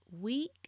week